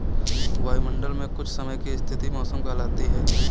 वायुमंडल मे कुछ समय की स्थिति मौसम कहलाती है